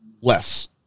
less